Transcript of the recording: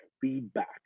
feedback